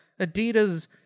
Adidas